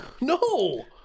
No